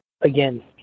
again